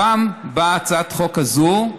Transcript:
הפעם באה הצעת החוק הזו,